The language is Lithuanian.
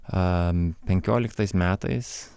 a penkioliktais metais